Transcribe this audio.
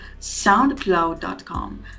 soundcloud.com